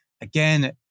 Again